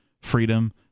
freedom